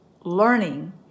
learning